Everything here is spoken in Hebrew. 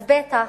אז בטח,